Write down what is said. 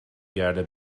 گرده